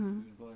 mm